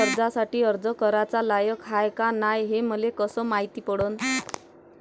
मी कर्जासाठी अर्ज कराचा लायक हाय का नाय हे मले कसं मायती पडन?